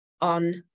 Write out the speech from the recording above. on